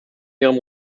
ihrem